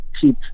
keep